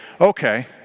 okay